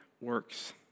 works